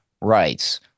rights